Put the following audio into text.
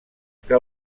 que